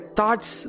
Thoughts